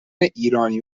ایرانی